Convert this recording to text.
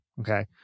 okay